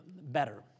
better